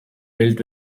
built